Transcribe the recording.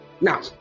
now